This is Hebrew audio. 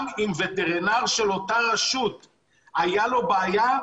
גם אם לווטרינר באותה רשות הייתה בעיה,